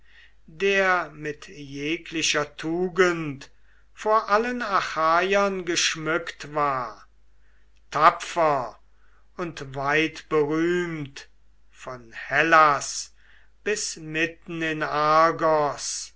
der mit jeglicher tugend vor allen achaiern geschmückt war tapfer und weitberühmt von hellas bis mitten in argos